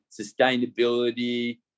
sustainability